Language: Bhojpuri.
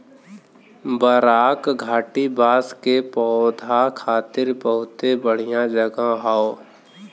बराक घाटी बांस के पौधा खातिर बहुते बढ़िया जगह हौ